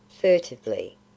furtively